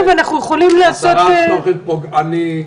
נכתבת על הסרת תוכן פוגעני.